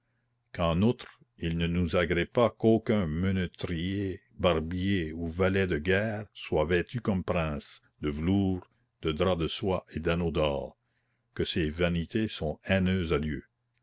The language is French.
qu'en outre il ne nous agrée pas qu'aucun ménétrier barbier ou valet de guerre soit vêtu comme prince de velours de drap de soie et d'anneaux d'or que ces vanités sont haineuses à dieu